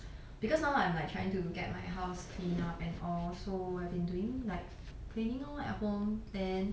because now I'm like trying to get my house clean up and all so I've been doing like cleaning lor at home then